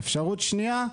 אפשרות שנייה,